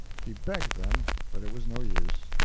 he begged them, but it was no use.